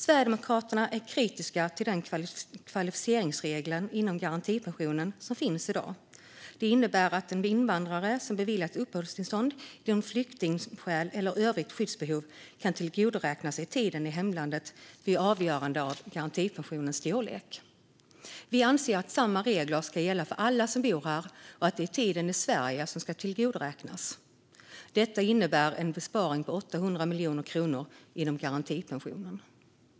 Sverigedemokraterna är kritiska till den kvalificeringsregel inom garantipensionen som finns i dag. Den innebär att invandrare som beviljats uppehållstillstånd genom flyktingskäl eller övrigt skyddsbehov kan tillgodoräkna sig tid i hemlandet vid avgörande av garantipensionens storlek. Vi anser att samma regler ska gälla för alla som bor här och att det är tiden i Sverige som ska tillgodoräknas. Detta innebär en besparing på 800 miljoner kronor inom garantipensionen.